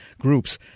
groups